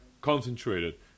concentrated